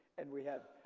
and we have,